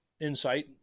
Insight